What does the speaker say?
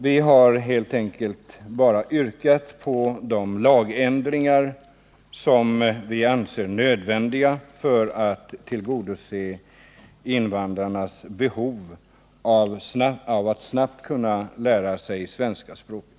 Vi har helt enkelt yrkat på de ändringar som vi anser nödvändiga för att tillgodose invandrarnas behov av att snabbt kunna lära sig svenska språket.